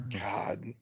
God